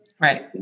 Right